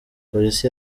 polisi